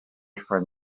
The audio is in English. from